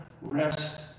rest